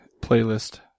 playlist